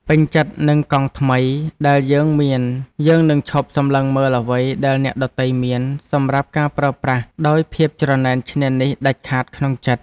ពេញចិត្តនឹងកង់ថ្មីដែលយើងមានយើងនឹងឈប់សម្លឹងមើលអ្វីដែលអ្នកដទៃមានសម្រាប់ការប្រើប្រាស់ដោយភាពច្រណែនឈ្នានីសជាដាច់ខាតក្នុងចិត្ត។